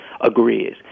agrees